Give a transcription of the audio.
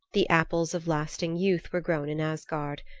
the apples of lasting youth were grown in asgard.